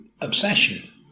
obsession